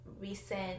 recent